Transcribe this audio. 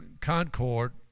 concord